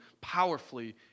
powerfully